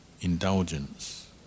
indulgence